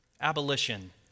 abolition